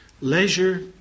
Leisure